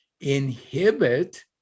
inhibit